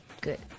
good